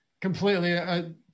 completely